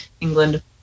England